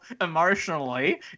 emotionally